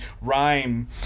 rhyme